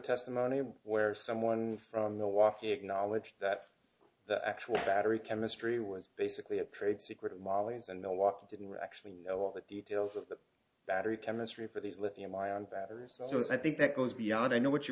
testimony where someone from milwaukee acknowledged that the actual battery chemistry was basically a trade secret mollies and milwaukee didn't actually know all the details of the battery chemistry for these lithium ion batteries so it's i think that goes beyond i know what you're